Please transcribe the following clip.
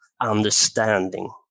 understanding